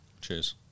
Cheers